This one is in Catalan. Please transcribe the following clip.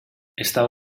estava